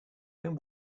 then